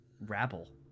rabble